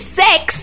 sex